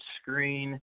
screen